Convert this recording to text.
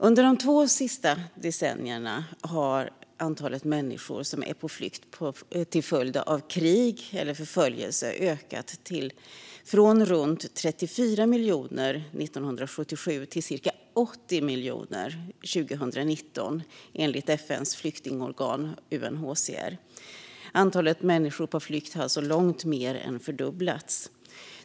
Under de senaste två decennierna har antalet människor som är på flykt till följd av krig eller förföljelse ökat från runt 34 miljoner 1997 till cirka 80 miljoner 2019, enligt FN:s flyktingorgan UNHCR. Antalet människor på flykt har alltså långt mer än fördubblats.